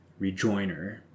rejoiner